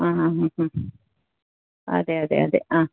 ആ ആ ആ അതെ അതെ അതെ ആ